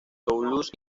toulouse